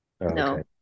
no